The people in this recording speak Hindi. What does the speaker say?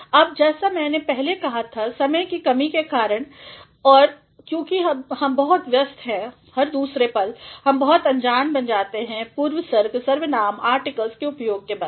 अब जैसा मैने पहले कहा था समय के कमी के कारन और क्योंकि हम बहुत व्यस्त हैं हर दुसरे पल हम बहुत अनजान बन रहे हैं पूर्वसर्ग सवर्नाम और आर्टिकल्सके उपयोग के बारे में